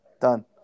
done